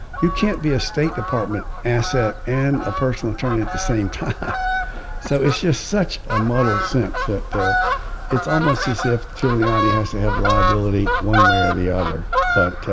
you can't be a state department asset and a personal attorney at the same time so it's just such a muddled sense that it's almost as if giuliani has to have liability one way or the other. but